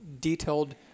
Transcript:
detailed